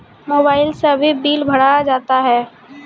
Mobile से भी bill भरा जाता हैं?